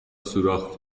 سوراخ